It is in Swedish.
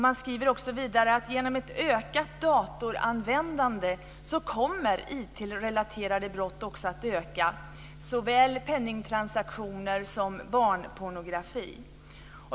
Man skriver vidare att genom ett ökat datoranvändande kommer IT-relaterade brott också att öka, såväl penningtransaktioner som barnpornografi.